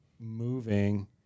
moving